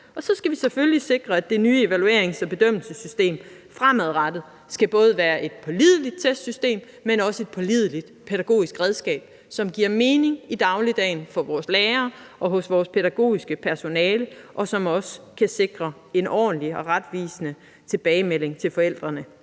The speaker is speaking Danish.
Og så skal vi selvfølgelig sikre, at det nye evaluerings- og bedømmelsessystem fremadrettet både skal være et pålidelig testsystem, men også et pålideligt pædagogisk redskab, som giver mening i dagligdagen for vores lærere og for vores pædagogiske personale, og som også kan sikre en ordentlig og retvisende tilbagemelding til forældrene